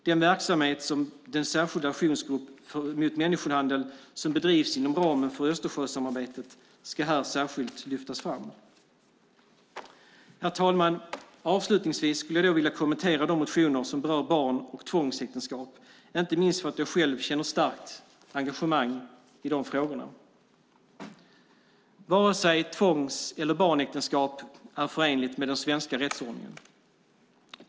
Den verksamhet som den särskilda aktionsgruppen mot människohandel bedriver inom ramen för Östersjösamarbetet ska här särskilt lyftas fram. Herr talman! Avslutningsvis skulle jag vilja kommentera de motioner som berör barn och tvångsäktenskap, inte minst för att jag själv känner starkt engagemang i de frågorna. Vare sig tvångs eller barnäktenskap är förenligt med den svenska rättsordningen.